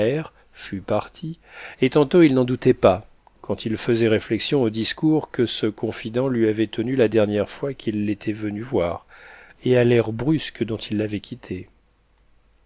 fut parti et tantôt il n'en doutait pas quand il faisait réflexion au discours que ce confident lui avait tenu ta dernière fois qu'il t'était venu voir et à l'air brusque dont il l'avait quitté